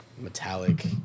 Metallic